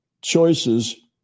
choices